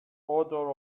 odor